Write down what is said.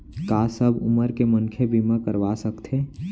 का सब उमर के मनखे बीमा करवा सकथे?